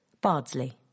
Bardsley